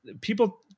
people